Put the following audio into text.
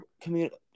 community